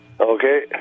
Okay